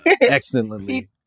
excellently